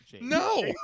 No